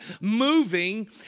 moving